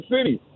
City